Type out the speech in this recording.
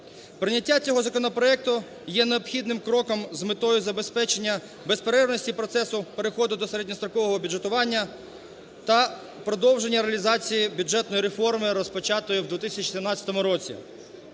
Прийняття цього законопроекту є необхідним кроком з метою забезпечення безперервності процесу переходу до середньострокового бюджетування та продовження реалізації бюджетної реформи, розпочатої в 2014 році,